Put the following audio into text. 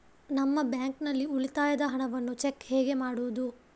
ನಮ್ಮ ಬ್ಯಾಂಕ್ ನಲ್ಲಿ ಉಳಿತಾಯದ ಹಣವನ್ನು ಚೆಕ್ ಹೇಗೆ ಮಾಡುವುದು?